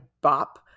bop